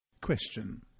Question